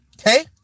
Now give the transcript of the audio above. okay